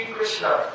Krishna